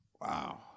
Wow